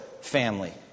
family